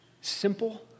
simple